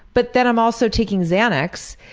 but then i'm also taking xanax,